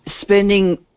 spending